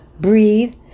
breathe